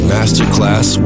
Masterclass